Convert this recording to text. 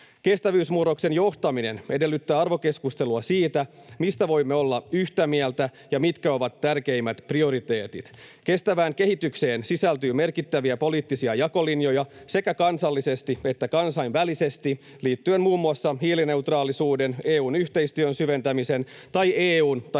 Kestävyysmurroksen johtaminen edellyttää arvokeskustelua siitä, mistä voimme olla yhtä mieltä ja mitkä ovat tärkeimmät prioriteetit. Kestävään kehitykseen sisältyy merkittäviä poliittisia jakolinjoja sekä kansallisesti että kansainvälisesti liittyen muun muassa hiilineutraalisuuden, EU:n yhteistyön syventämisen tai EU:n tai Suomen